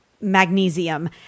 magnesium